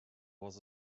was